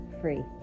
free